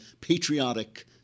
patriotic